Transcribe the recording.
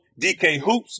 DKHOOPS